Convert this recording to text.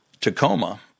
Tacoma